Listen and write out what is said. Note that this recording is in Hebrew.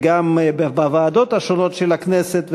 וגם בוועדות השונות של הכנסת,